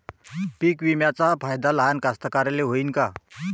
पीक विम्याचा फायदा लहान कास्तकाराइले होईन का?